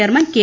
chairman K